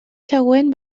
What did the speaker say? següent